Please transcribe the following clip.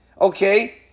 Okay